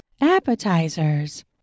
Appetizers